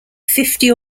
fifty